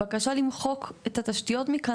הבקשה למחוק את התשתיות מכאן,